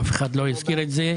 אף אחד לא הזכיר את זה.